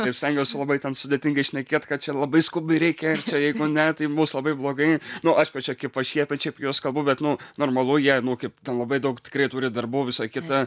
taip stengiausi labai ten sudėtinga šnekėt kad čia labai skubiai reikia ir čia jeigu ne taip bus labai blogai nu aišku čia kaip pašiepiančiai apie juos kalbu bet nu normalu jie nu kaip ten labai daug tikrai turi darbų visa kita